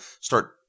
start